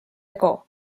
ego